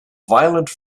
violent